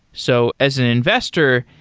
so as an investor,